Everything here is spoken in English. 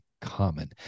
common